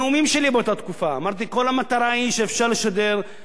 אמרתי: כל המטרה היא שאפשר לשדר בהמון ערוצים,